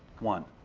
one.